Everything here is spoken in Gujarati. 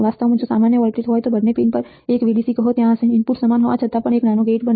વાસ્તવમાં જો સામાન્ય વોલ્ટેજ હોય તો બંને પિન પર 1 VDC કહો ત્યાં હશે ઇનપુટ્સ સમાન હોવા છતાં પણ એક નાનો ગેઈટ બને